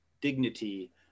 dignity